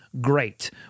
great